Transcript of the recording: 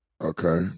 Okay